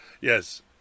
Yes